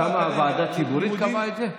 שם ועדה ציבורית קבעה את זה?